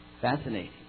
Fascinating